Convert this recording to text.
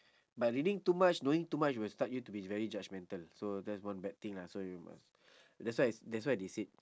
by reading too much knowing too much will start you to be very judgemental so that's one bad thing lah so you must that's why that's why they said